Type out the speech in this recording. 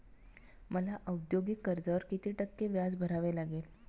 मला औद्योगिक कर्जावर किती टक्के व्याज भरावे लागेल?